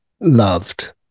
loved